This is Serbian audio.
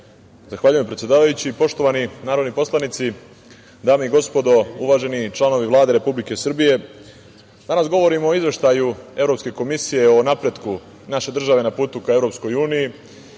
Zahvaljujem, predsedavajući. Poštovani narodni poslanici, dame i gospodo, uvaženi članovi Vlade Republike Srbije, danas govorimo o Izveštaju Evropske komisije o napretku naše države na putu ka EU i